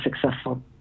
successful